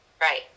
right